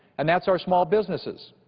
and that's our small businesses.